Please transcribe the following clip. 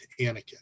Anakin